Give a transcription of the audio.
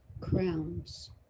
crowns